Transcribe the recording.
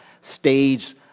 stage